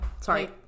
sorry